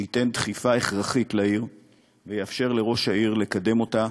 שייתן דחיפה הכרחית לעיר ויאפשר לראש העיר לקדם אותה